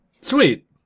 Sweet